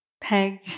peg